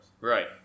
Right